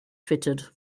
fitted